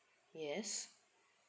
yes